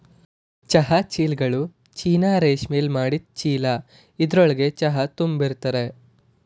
ಚಹಾ ಚೀಲ್ಗಳು ಚೀನಾ ರೇಶ್ಮೆಲಿ ಮಾಡಿದ್ ಚೀಲ ಇದ್ರೊಳ್ಗೆ ಚಹಾ ತುಂಬಿರ್ತರೆ